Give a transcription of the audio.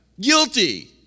guilty